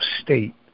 state